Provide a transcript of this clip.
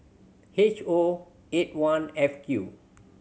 H O eight one F Q